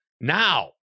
Now